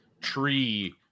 tree